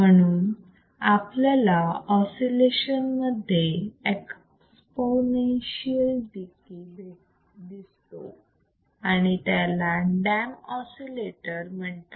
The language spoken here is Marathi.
म्हणून आपल्याला ऑसिलेशन मध्ये एक्सपोनेन्शियल डिके दिसतो आणि याला डॅम ऑसिलेटर म्हणतात